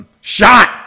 shot